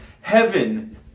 heaven